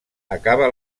acaba